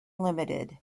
limited